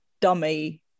dummy